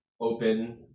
Open